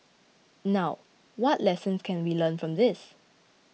now what lessons can we learn from this